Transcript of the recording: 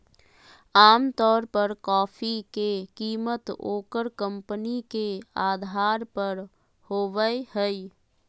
आमतौर पर कॉफी के कीमत ओकर कंपनी के अधार पर होबय हइ